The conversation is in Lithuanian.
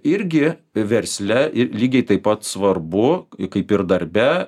irgi versle ir lygiai taip pat svarbu kaip ir darbe